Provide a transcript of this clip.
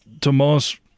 Tomas